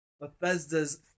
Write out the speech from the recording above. Bethesda's